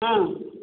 ஆ